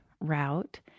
route